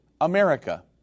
America